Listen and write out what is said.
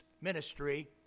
ministry